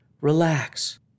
relax